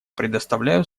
предоставляю